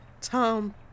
Tom